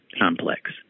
complex